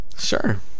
Sure